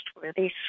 trustworthy